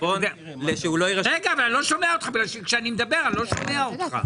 אני לא שומע אותך כי כשאני מדבר אני לא שומע אותך.